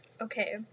Okay